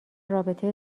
رابطه